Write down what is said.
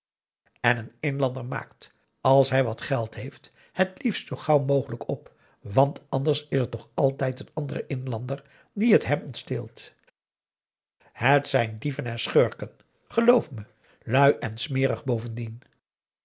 en een inlander maakt als hij wat geld heeft het liefst zoo gauw mogelijk op want anders is er toch altijd een andere inlander die het hem ontsteelt het zijn dieven en schurken geloof me lui en smerig bovendien